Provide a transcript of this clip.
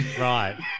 Right